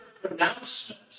pronouncement